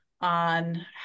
on